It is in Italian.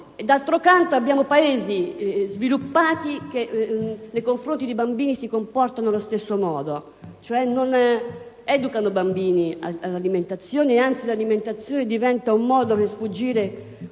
D'altro canto, vi sono Paesi sviluppati che nei confronti dei bambini si comportano allo stesso modo, cioè non educano i bambini all'alimentazione e, anzi, l'alimentazione diventa un modo di sfuggire